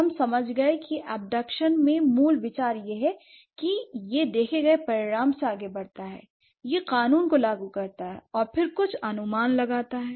हम समझ गए कि एबडक्शन में मूल विचार यह है कि यह देखे गए परिणाम से आगे बढ़ता है एक कानून को लागू करता है और फिर कुछ अनुमान लगा सकता है